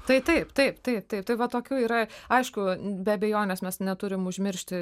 tai taip taip taip taip tai va tokių yra aišku be abejonės mes neturim užmiršti